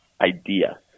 idea